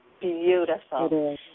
Beautiful